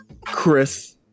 Chris